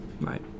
Right